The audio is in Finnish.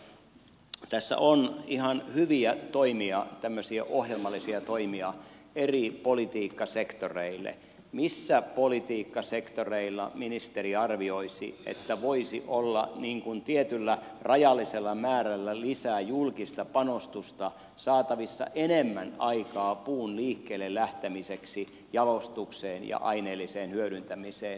kun tässä on ihan hyviä toimia tämmöisiä ohjelmallisia toimia eri politiikkasektoreille niin millä politiikkasektoreilla ministeri arvioisi että voisi olla tietyllä rajallisella määrällä lisää julkista panostusta saatavissa enemmän aikaa puun liikkeelle lähtemiseksi jalostukseen ja aineelliseen hyödyntämiseen